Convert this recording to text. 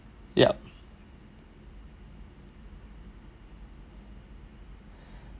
yup